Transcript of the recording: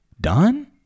done